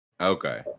okay